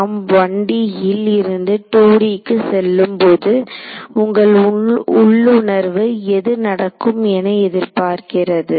நாம் 1D ல் இருந்து 2D க்கு செல்லும் போது உங்கள் உள்ளுணர்வு எது நடக்கும் என எதிர்பார்க்கிறது